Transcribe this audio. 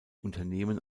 unternehmen